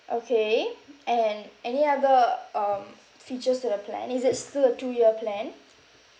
okay and any other um features to the plan is it still a two year plan